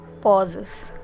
pauses